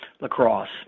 lacrosse